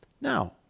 Now